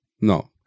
No